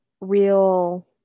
real